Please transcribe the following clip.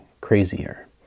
crazier